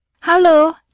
Hello